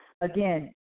again